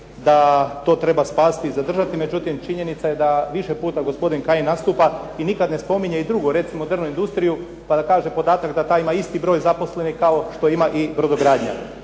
da to treba spasiti i zadržati, međutim činjenica je da više puta gospodin Kajin nastupa i nikad ne spominje i drugo, recimo drvnu industriju pa da kaže podatak da ta ima isti broj zaposlenih kao što ima i brodogradnja.